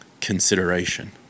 consideration